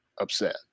upset